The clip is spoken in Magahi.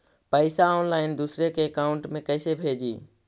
पैसा ऑनलाइन दूसरा के अकाउंट में कैसे भेजी?